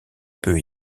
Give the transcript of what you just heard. peu